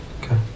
Okay